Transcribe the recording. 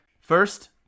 first